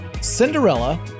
Cinderella